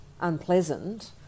unpleasant